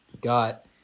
got